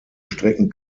strecken